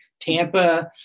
Tampa